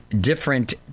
different